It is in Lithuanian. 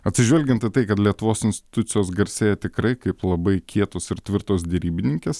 atsižvelgiant į tai kad lietuvos institucijos garsėja tikrai kaip labai kietos ir tvirtos derybininkės